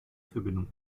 verbindung